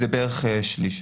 זה בערך שליש.